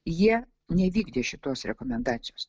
jie nevykdė šitos rekomendacijos